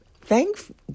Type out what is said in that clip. thank